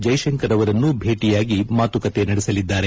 ಜಯಶಂಕರ್ ಅವರನ್ನೂ ಭೇಟಿಯಾಗಿ ಮಾತುಕತೆ ನಡೆಸಲಿದ್ದಾರೆ